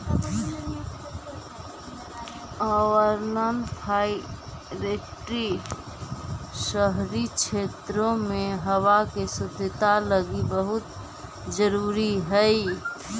urban forestry शहरी क्षेत्रों में हावा के शुद्धता लागी बहुत जरूरी हई